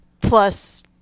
plus